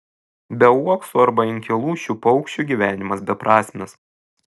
be uoksų arba inkilų šių paukščių gyvenimas beprasmis